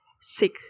sick